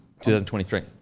2023